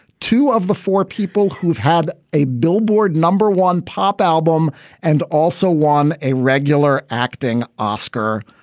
two of the four people who've had a billboard number one pop album and also won a regular acting oscar.